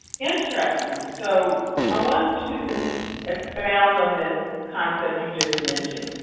interesting. so i want to expound on this concept you just mentioned,